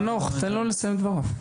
חנוך, חנוך תן לו לסיים את דבריו.